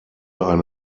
eine